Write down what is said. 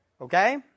Okay